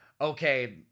okay